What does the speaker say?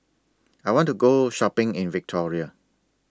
I want to Go Shopping in Victoria